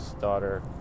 daughter